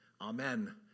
Amen